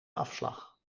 afslag